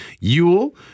Yule